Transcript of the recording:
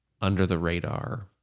under-the-radar